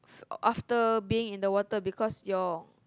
after being in the water cause your